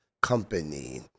company